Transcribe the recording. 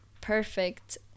perfect